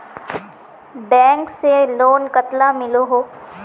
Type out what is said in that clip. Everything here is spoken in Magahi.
बैंक से लोन कतला मिलोहो?